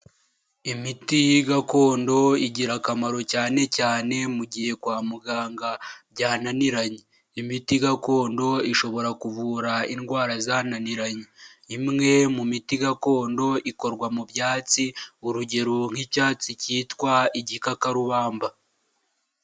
Imiti gakondo igira akamaro cyane cyane mu gihe kwa muganga byananiranye; imiti gakondo ishobora kuvura indwara zananiranye. Imwe mu miti gakondo ikorwa mu byatsi urugero nk'icyatsi cyitwa igikakarubamba.